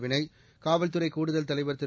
வினெய் காவல்துறை கூடுதல் தலைவர் திரு